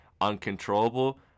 uncontrollable